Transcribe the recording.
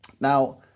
Now